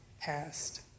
passed